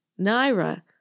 Naira